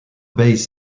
base